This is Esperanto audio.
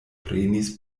prenis